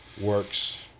works